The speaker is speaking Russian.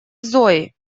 зои